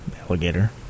Alligator